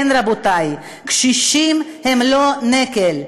כן, רבותי, קשישים הם לא נטל.